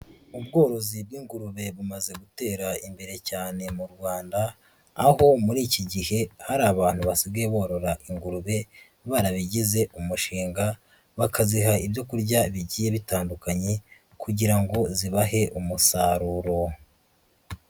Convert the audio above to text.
Ubworozi bw'ingurube bumaze gutera imbere cyane mu Rwanda, aho muri iki gihe hari abantu basigaye borora ingurube barabigize umushinga bakaziha ibyo kurya bigiye bitandukanye kugira ngo zibahe umusaruro.